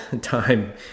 time